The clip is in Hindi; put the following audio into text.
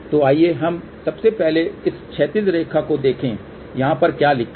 तो आइए हम सबसे पहले इस क्षैतिज रेखा को देखें यहाँ पर क्या लिखा है